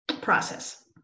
process